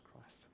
Christ